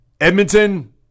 Edmonton